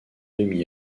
demi